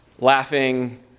laughing